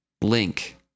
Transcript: link